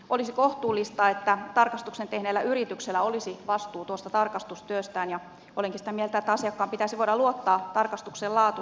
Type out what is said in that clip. olisi kohtuullista että tarkastuksen tehneellä yrityksellä olisi vastuu tuosta tarkastustyöstään ja olenkin sitä mieltä että asiakkaan pitäisi voida luottaa tarkastuksen laatuun